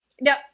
No